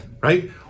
right